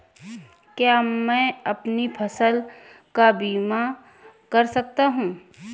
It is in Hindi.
क्या मैं अपनी फसल का बीमा कर सकता हूँ?